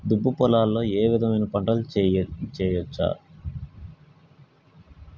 దుబ్బ పొలాల్లో ఏ విధమైన పంటలు వేయచ్చా?